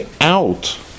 out